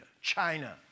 China